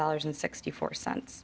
dollars and sixty four cents